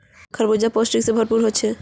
खरबूजा पौष्टिकता से भरपूर होछे